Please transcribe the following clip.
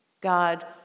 God